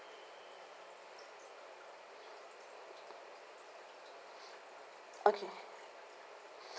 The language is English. okay